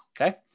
okay